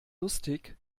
lustig